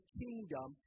kingdom